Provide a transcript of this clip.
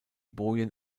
bojen